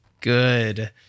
good